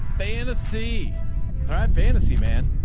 fantasy thrive, fantasy man.